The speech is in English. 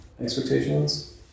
expectations